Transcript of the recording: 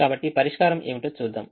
కాబట్టి పరిష్కారం ఏమిటో చూద్దాం